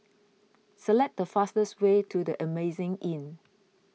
select the fastest way to the Amazing Inn